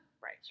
Right